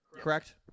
correct